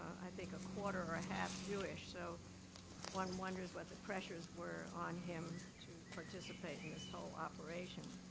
i think, a quarter or a half jewish. so one wonders what the pressures were on him to participate in this whole operation.